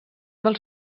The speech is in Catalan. dels